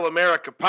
America